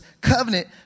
covenant